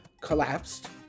collapsed